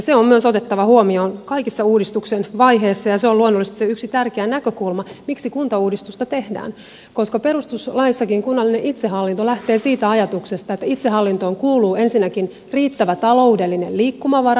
se on myös otettava huomioon kaikissa uudistuksen vaiheissa ja se on luonnollisesti se yksi tärkeä näkökulma miksi kuntauudistusta tehdään koska perustuslaissakin kunnallinen itsehallinto lähtee siitä ajatuksesta että itsehallintoon kuuluu ensinnäkin riittävä taloudellinen liikkumavara